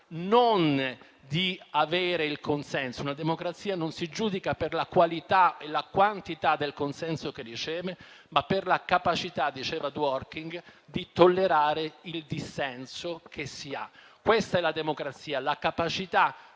di avere il consenso. Una democrazia non si giudica per la qualità e la quantità del consenso che riceve, ma per la capacità - diceva Ronald Dworkin - di tollerare il dissenso. Questa è la democrazia: la capacità